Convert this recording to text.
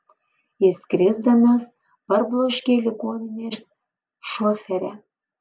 jis krisdamas parbloškė ligoninės šoferę